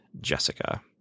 Jessica